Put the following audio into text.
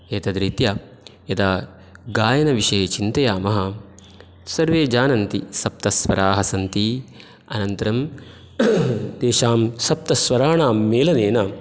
एतद्रीत्या यदा गायनविषये चिन्तयामः सर्वे जानन्ति सप्त स्वराः सन्ति अनन्तरं तेषां सप्तस्वराणां मेलनेन